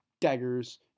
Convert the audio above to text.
daggers